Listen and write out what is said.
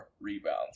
rebounds